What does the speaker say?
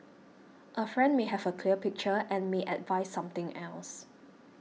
a friend may have a clear picture and may advise something else